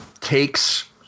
takes